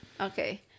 Okay